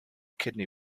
kidney